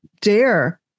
dare